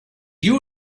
you